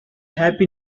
happy